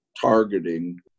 targeting